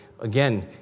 Again